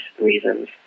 reasons